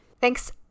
Thanks